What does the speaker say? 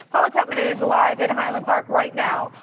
paula tutman is live in highland park right now.